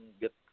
get